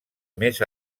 més